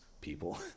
people